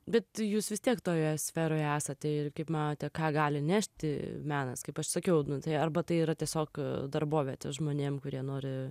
bet jūs vis tiek toje sferoje esate ir kaip manote ką gali nešti menas kaip aš sakiau nu tai arba tai yra tiesiog darbovietė žmonėm kurie nori